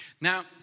Now